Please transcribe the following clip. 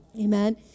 Amen